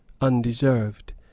undeserved